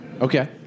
okay